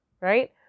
Right